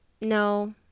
no